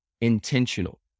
intentional